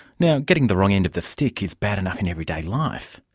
now, getting the wrong end of the stick is bad enough in everyday life,